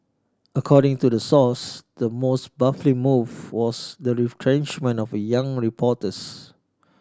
according to the source the most baffling move was the retrenchment of a few young reporters